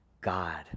God